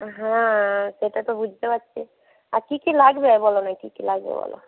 হ্যাঁ সেটা তো বুঝতে পারছি আর কী কী লাগবে বলো না কী কী লাগবে বলো